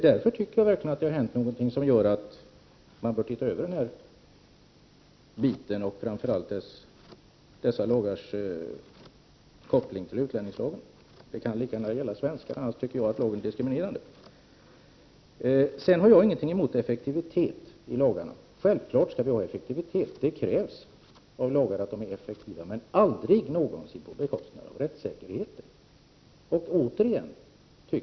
Därför tycker jag verkligen att det har hänt någonting som gör att man bör se över dessa lagar och framför allt deras koppling till utlänningslagen. De kan lika gärna gälla svenskar — annars tycker jag att lagen är diskriminerande. Jag har ingenting emot effektivitet i lagarna. Självfallet skall vi ha effektivitet; det krävs av lagarna att de är effektiva — men aldrig någonsin på bekostnad av rättssäkerheten!